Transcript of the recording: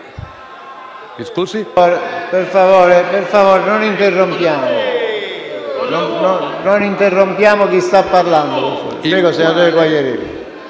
Per favore, non interrompiamo chi sta parlando. Prego, senatore Quagliariello,